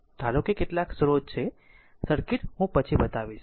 ધારો કે કેટલાક સ્રોત છે સર્કિટ હું પછી બતાવીશ